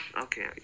Okay